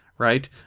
right